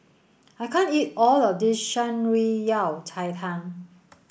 I can't eat all of this Shan Rui Yao Cai Tang